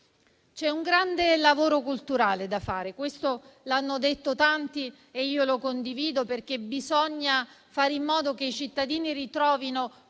C'è un grande lavoro culturale da fare, questo l'hanno detto in tanti e io lo condivido, perché bisogna fare in modo che i cittadini ritrovino